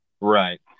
right